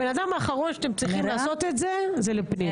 הבן אדם האחרון שאתם צריכים לעשות את זה זה לפנינה.